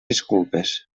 disculpes